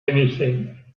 anything